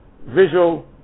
visual